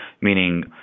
meaning